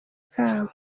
kabo